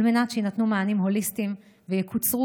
על מנת שיינתנו מענים הוליסטיים ויקוצרו